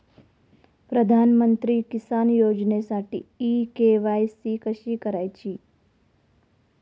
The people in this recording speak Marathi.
प्रधानमंत्री किसान योजनेसाठी इ के.वाय.सी कशी करायची?